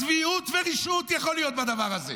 כמה צביעות ורשעות יכולות להיות בדבר הזה.